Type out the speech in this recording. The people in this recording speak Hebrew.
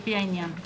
לפי העניין.